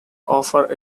offer